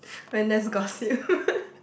when there's gossip